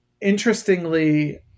Interestingly